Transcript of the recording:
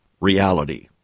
reality